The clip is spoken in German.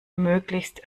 möglichst